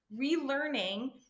relearning